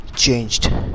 changed